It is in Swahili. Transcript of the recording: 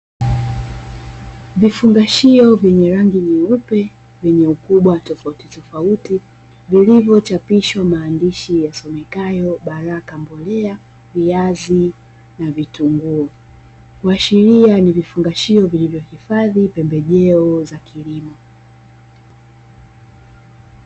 Vifungashio vyenye rangi nyeupe vyenye ukubwa tofauti tofauti vilivyochapishwa maandishi yasomekayo "Baraka mbolea viazi na vitunguu", kuashiria ni vifungashio vilivyohifadhi pembejeo za kilimo.